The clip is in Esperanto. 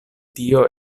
tio